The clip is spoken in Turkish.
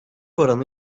oranı